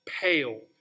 pale